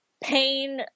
pain